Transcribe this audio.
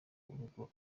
urugo